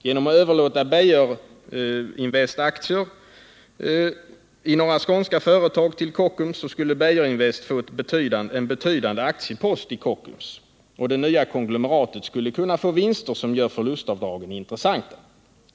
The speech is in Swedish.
Genom att överlåta Beijerinvestaktier i några skånska företag till Kockums skulle Beijerinvest få en betydande aktiepost i Kockums, och det nya konglomeratet skulle kunna få vinster som gör förlustavdragen intressanta.